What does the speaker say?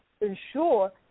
ensure